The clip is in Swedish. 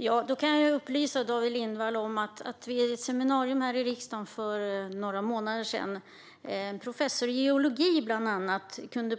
Herr talman! Jag kan upplysa David Lindvall om att vid ett seminarium här i riksdagen för några månader sedan kunde bland annat en professor i geologi